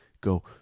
go